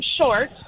short